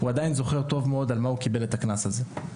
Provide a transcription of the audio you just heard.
הוא עדיין זוכר טוב מאוד על מה הוא קיבל את הקנס הזה.